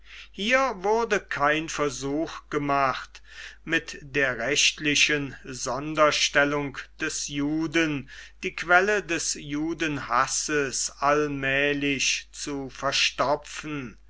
hier wurde kein versuch gemacht mit der rechtlichen sonderstellung des juden die quelle des judenhasses allmählich zu verstopfen